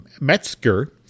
Metzger